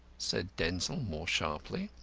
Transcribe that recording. said denzil more sharply.